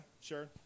Sure